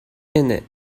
innit